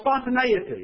spontaneity